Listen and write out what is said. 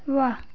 वाह